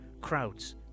crowds